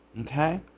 Okay